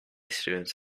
students